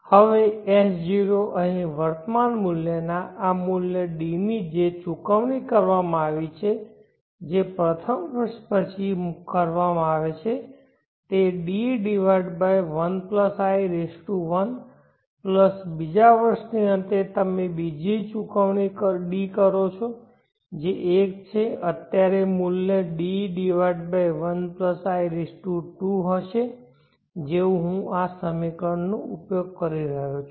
હવે S0 અહીં વર્તમાન મૂલ્યના આ મૂલ્ય D ની જે ચુકવણી કરવામાં આવી છે જે પ્રથમ વર્ષ પછી કરવામાં આવે છે તે D1i1 પ્લસ બીજા વર્ષના અંતે તમે બીજી ચુકવણી D કરો છો જે 1 છે અત્યારે મૂલ્ય D1i2 હશે જેવું હું આ સમીકરણનો ઉપયોગ કરી રહ્યો છું